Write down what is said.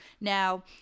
Now